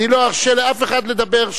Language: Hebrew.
אני לא ארשה לאף אחד לדבר,